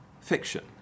fiction